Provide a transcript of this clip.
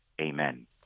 Amen